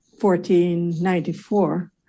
1494